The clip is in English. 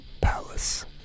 Palace